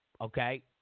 okay